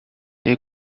they